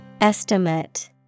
Estimate